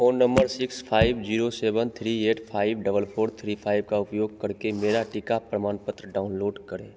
phone number six five zero seven three eight five double four three five का उपयोग करके मेरा टीका प्रमाणपत्र डाउनलोड करें